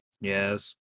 Yes